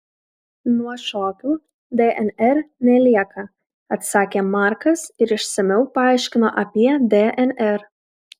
nuo šokių dnr nelieka atsakė markas ir išsamiau paaiškino apie dnr